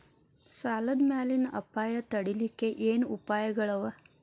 ಸಾಲದ್ ಮ್ಯಾಲಿನ್ ಅಪಾಯ ತಡಿಲಿಕ್ಕೆ ಏನ್ ಉಪಾಯ್ಗಳವ?